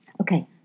Okay